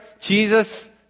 Jesus